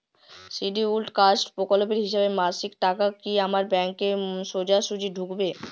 Scheduled caste প্রকল্পের হিসেবে মাসিক টাকা কি আমার ব্যাংকে সোজাসুজি ঢুকবে?